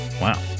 Wow